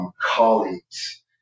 Colleagues